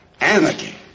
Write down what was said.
anarchy